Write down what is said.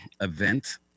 event